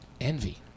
Envy